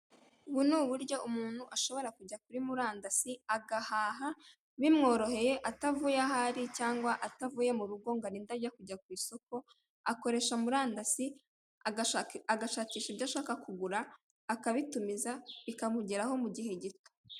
Ubu ni uburyo umuntu ashobora kujya kuri murandasi agahaha bimworoheye atavuye aho ari cyangwa atavuye mu rugo ngo arinde ajya kujya ku isoko akoresha murandasi agashakisha ibyo ashaka kugura akabitumiza bikamugeraho mu gihe gito.